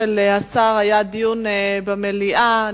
השר היתה דיון במליאה.